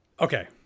Okay